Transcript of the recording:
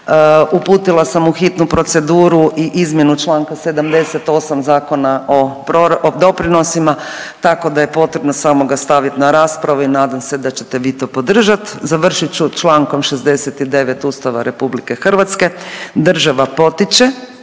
Uputila sam u hitnu proceduru i izmjenu članka 78. Zakona o doprinosima tako da je potrebno samo ga stavit na raspravu i nadam se da ćete vi to podržati. Završit ću člankom 69. Ustava Republike Hrvatske. Država potiče